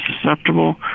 susceptible